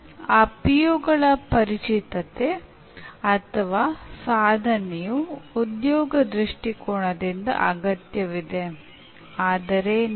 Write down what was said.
ಆದ್ದರಿಂದ ನೀವು ನಿಮ್ಮ ಪರೀಕ್ಷಾ ಪತ್ರಿಕೆಗಳನ್ನು ವಿನ್ಯಾಸಗೊಳಿಸಲು ವ್ಯವಸ್ಥಿತ ಪ್ರಯತ್ನವನ್ನು ಮಾಡಬೇಕು